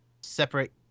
separate